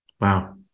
Wow